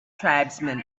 tribesmen